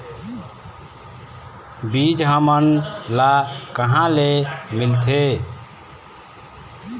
बीज हमन ला कहां ले मिलथे?